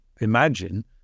imagine